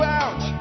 out